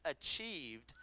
achieved